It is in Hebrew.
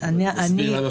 אני